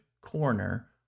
corner